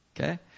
Okay